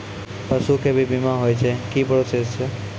पसु के भी बीमा होय छै, की प्रोसेस छै?